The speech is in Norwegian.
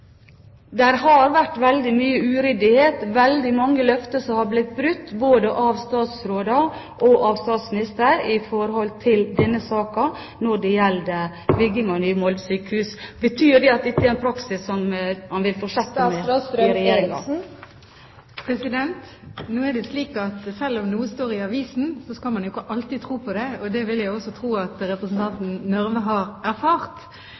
har vært veldig mye uryddighet og veldig mange løfter som har blitt brutt, både av statsråder og av statsminister i denne saken, som gjelder bygging av nye Molde sykehus. Betyr det at dette er en praksis som man vil fortsette med i Regjeringen? Nå er det slik at selv om noe står i avisen, skal man jo ikke alltid tro på det. Det vil jeg også tro at representanten Nørve har erfart.